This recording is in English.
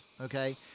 Okay